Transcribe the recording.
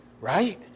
right